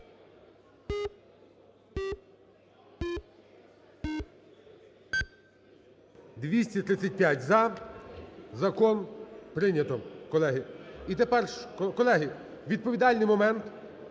За-235 Закон прийнято, колеги. І тепер, колеги, відповідальний момент,